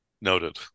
Noted